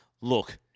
Look